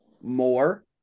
more